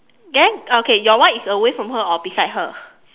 then okay your one is away from her or beside her